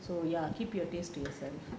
so ya keep your taste to yourself